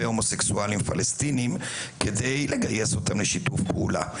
הומוסקסואלים פלסטינים כדי לגייס אותם לשיתוף פעולה.